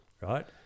Right